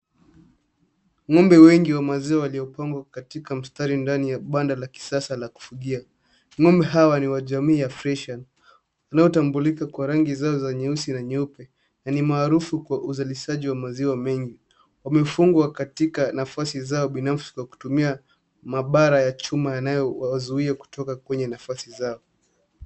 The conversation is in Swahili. Ng'ombe wengi wa maziwa waliopangwa katika mstari ndani ya banda la kisasa la kufugia. Ngombe hawa ni wajamii ya friesian wanaotambulika kwa rangi zao za nyeusi na nyeupe na ni maarufu kwa uzalishaji wa maziwa mengi. Wamefungwa katika nafasi zao binafsi kwa kutumia mabara ya chuma yanao wazuia kutoka kwenye nafasi zao.